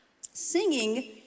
Singing